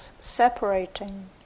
separating